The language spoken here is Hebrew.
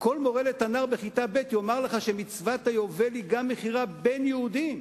כל מורה לתנ"ך בכיתה ב' יאמר לך שמצוות היובל היא גם מכירה בין יהודים,